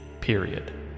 period